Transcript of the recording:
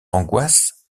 angoisse